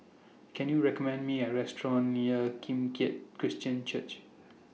Can YOU recommend Me A Restaurant near Kim Keat Christian Church